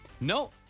No